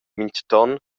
mintgaton